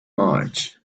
march